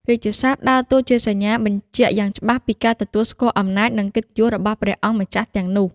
រាជសព្ទដើរតួជាសញ្ញាបញ្ជាក់យ៉ាងច្បាស់ពីការទទួលស្គាល់អំណាច និងកិត្តិយសរបស់ព្រះអង្គម្ចាស់ទាំងនោះ។